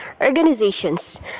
organizations